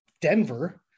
Denver